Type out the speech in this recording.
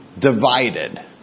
divided